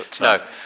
No